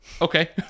Okay